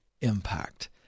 impact